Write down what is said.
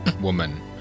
woman